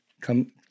come